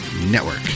network